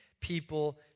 people